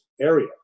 area